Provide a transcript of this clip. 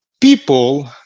people